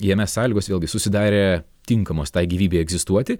jame sąlygos vėlgi susidarė tinkamos tai gyvybei egzistuoti